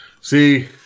See